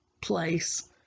place